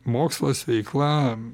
mokslas veikla